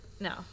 no